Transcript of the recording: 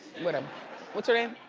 whatever, what's her name?